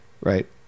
right